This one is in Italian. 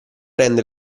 rende